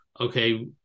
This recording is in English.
okay